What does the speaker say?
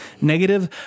negative